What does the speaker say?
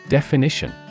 Definition